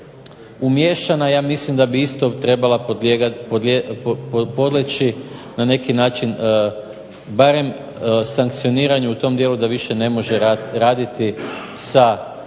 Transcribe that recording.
umiješana ja mislim da bi isto trebala podleći na neki način barem sankcioniranju u tom dijelu da više ne može raditi sa